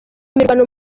imirwano